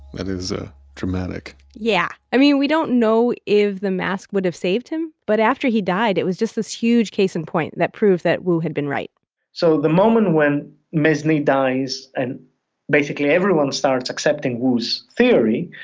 that is ah dramatic yeah. i mean, we don't know if the mask would have saved him, but after he died, it was just this huge case in point that proved that wu had been right so the moment when mesny dies and basically everyone starts accepting wu's theory,